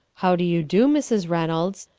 how do you do, mrs. reynolds?